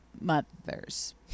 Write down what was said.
mothers